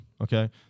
Okay